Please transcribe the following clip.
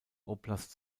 oblast